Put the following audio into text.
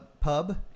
Pub